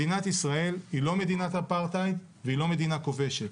מדינת ישראל היא לא מדינת אפרטהייד והיא לא מדינה כובשת.